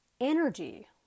energy